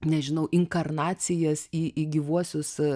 nežinau inkarnacijas į į gyvuosius